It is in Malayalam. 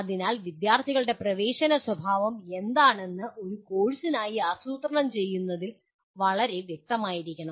അതിനാൽ വിദ്യാർത്ഥികളുടെ പ്രവേശന സ്വഭാവം എന്താണെന്ന് ഒരു കോഴ്സിനായി ആസൂത്രണം ചെയ്യുന്നതിൽ വളരെ വ്യക്തമായിരിക്കണം